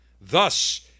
thus